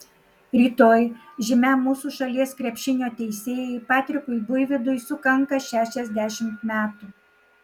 rytoj žymiam mūsų šalies krepšinio teisėjui patrikui buivydui sukanka šešiasdešimt metų